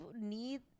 need